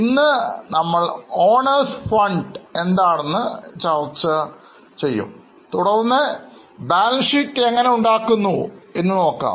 ഇന്ന് നമ്മൾ Owners fund ചർച്ച ചെയ്യും തുടർന്ന് ബാലൻസ് ഷീറ്റ് എങ്ങനെ ഉണ്ടാക്കുന്നു എന്ന് നോക്കാം